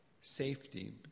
safety